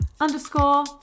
underscore